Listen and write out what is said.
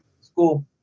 school